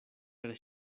per